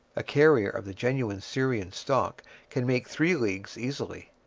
a carrier of the genuine syrian stock can make three leagues easily.